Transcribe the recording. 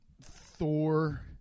Thor